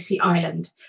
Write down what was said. Island